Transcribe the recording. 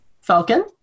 Falcon